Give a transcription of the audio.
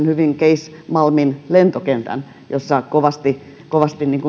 hyvin case malmin lentokentän jossa kovasti kovasti